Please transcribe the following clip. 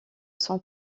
son